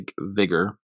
vigor